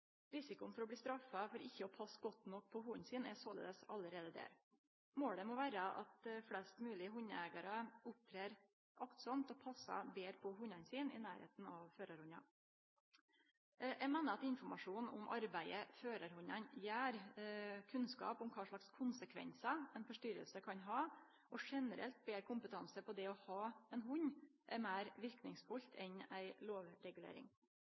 for å bli straffa for ikkje å passe godt nok på hunden sin er såleis der allereie. Målet må vere at flest mogleg hundeeigarar opptrer aktsamt og passar betre på hundane sine i nærleiken av førarhundar. Eg meiner at informasjon om arbeidet førarhundane gjer, kunnskap om kva slag konsekvensar ei forstyrring kan ha, og generelt betre kompetanse på det å ha ein hund gir betre verknader enn ei lovregulering.